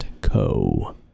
Co